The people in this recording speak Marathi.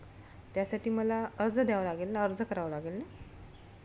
त्यासाठी मला अर्ज द्यावा लागेल ना अर्ज करावा लागेल ना